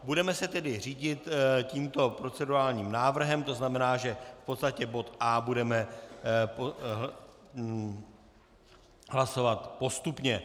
Budeme se řídit tímto procedurálním návrhem, tzn. že v podstatě bod A budeme hlasovat postupně.